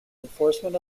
enforcement